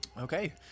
Okay